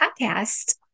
podcast